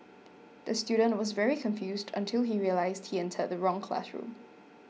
the student was very confused until he realised he entered the wrong classroom